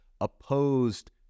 opposed